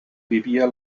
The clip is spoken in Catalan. vivia